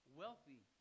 wealthy